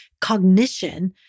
cognition